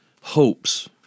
hopes